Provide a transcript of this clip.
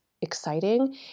exciting